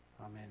Amen